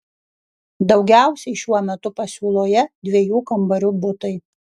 daugiausiai šiuo metu pasiūloje dviejų kambarių butai